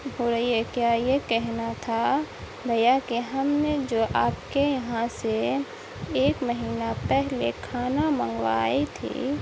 ہو رہی ہے کیا یہ کہنا تھا بھیا کہ ہم نے جو آپ کے یہاں سے ایک مہینہ پہلے کھانا منگوائی تھی